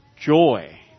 joy